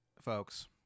folks